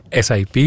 SIP